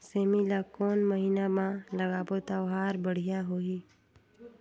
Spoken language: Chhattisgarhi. सेमी ला कोन महीना मा लगाबो ता ओहार बढ़िया होही?